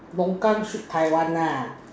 longkang street Taiwan nah